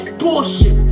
bullshit